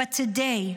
"But today,